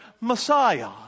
Messiah